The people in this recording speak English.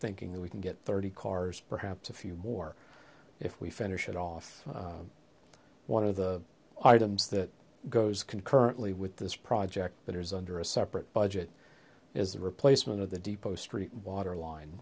thinking that we can get thirty cars perhaps a few more if we finish it off one of the items that goes concurrently with this project that is under a separate budget is the replacement of the depot street water line